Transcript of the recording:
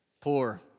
Poor